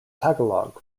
tagalog